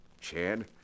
Chad